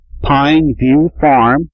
pineviewfarm